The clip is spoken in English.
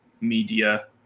media